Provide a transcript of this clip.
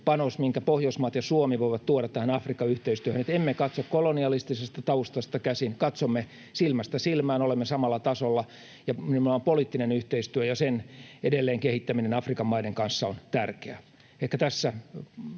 panos, minkä Pohjoismaat ja Suomi voivat tuoda tähän Afrikka-yhteistyöhön. Emme katso kolonialistisesta taustasta käsin vaan katsomme silmästä silmään, olemme samalla tasolla, ja nimenomaan poliittinen yhteistyö ja sen edelleen kehittäminen Afrikan maiden kanssa on tärkeää.